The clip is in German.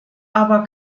aber